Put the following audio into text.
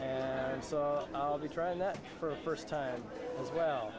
and so i'll be trying that for first time as well